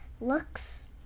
Looks